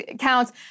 counts